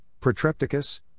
Protrepticus